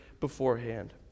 beforehand